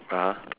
(uh huh)